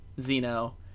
Zeno